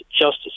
justice